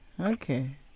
Okay